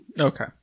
Okay